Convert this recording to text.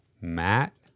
Matt